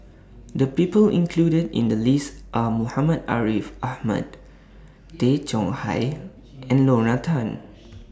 The People included in The list Are Muhammad Ariff Ahmad Tay Chong Hai and Lorna Tan